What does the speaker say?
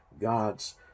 God's